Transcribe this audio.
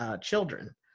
children